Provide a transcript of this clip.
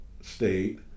state